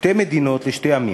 שתי מדינות לשני עמים.